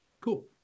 cool